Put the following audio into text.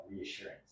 reassurance